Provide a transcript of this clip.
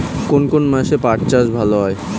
কোন কোন মাসে পাট চাষ ভালো হয়?